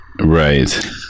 Right